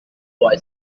boy